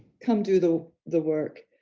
come do the the work?